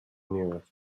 newest